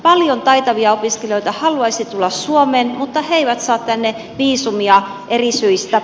paljon taitavia opiskelijoita haluaisi tulla suomeen mutta he eivät saa tänne viisumia eri syistä